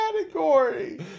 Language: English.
category